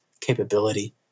capability